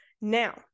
Now